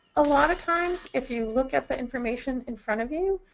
a lot of times, if you look at the information in front of you,